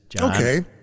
Okay